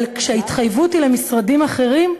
אבל כשההתחייבות היא למשרדים אחרים,